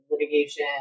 litigation